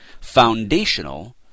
foundational